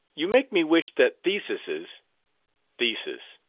you make me wish that thesises theses,